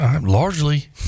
largely